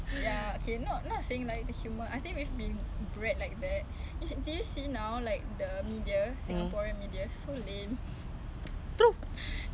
apa dia orang tengah berbual eh banyaknya conversation banyak topic ya interesting what ah dengar tu